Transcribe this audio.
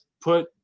put